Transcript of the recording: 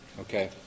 Okay